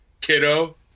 kiddo